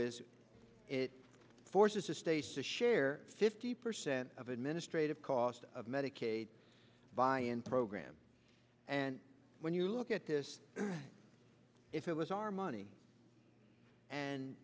is it forces the states to share fifty percent of administrative cost of medicaid buy in program and when you look at this if it was our money and